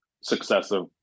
successive